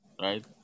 right